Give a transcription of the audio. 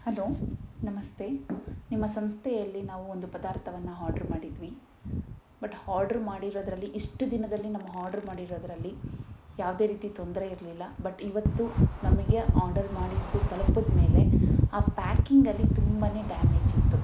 hello ನಮಸ್ತೆ ನಿಮ್ಮ ಸಂಸ್ಥೆಯಲ್ಲಿ ನಾವು ಒಂದು ಪದಾರ್ಥವನ್ನ ಹಾರ್ಡ್ರ್ ಮಾಡಿದ್ವಿ ಬಟ್ ಹಾರ್ಡ್ರು ಮಾಡಿರೋದರಲ್ಲಿ ಇಷ್ಟು ದಿನದಲ್ಲಿ ನಮ್ಮ ಹಾರ್ಡ್ರು ಮಾಡಿರೋದರಲ್ಲಿ ಯಾವುದೇ ರೀತಿ ತೊಂದರೆ ಇರಲಿಲ್ಲ ಬಟ್ ಇವತ್ತು ನಮಗೆ ಆರ್ಡರ್ ಮಾಡಿದ್ದು ತಲುಪಿದ್ಮೇಲೆ ಆ ಪ್ಯಾಕಿಂಗಲ್ಲಿ ತುಂಬ ಡ್ಯಾಮೇಜಿತ್ತು